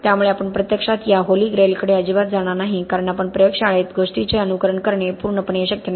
त्यामुळे आपण प्रत्यक्षात त्या होली ग्रेलकडे अजिबात जाणार नाही कारण प्रयोगशाळेत गोष्टींचे अनुकरण करणे पूर्णपणे शक्य नाही